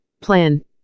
plan